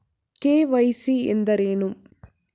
KYC ಎಂದರೇನು?